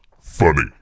funny